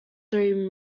three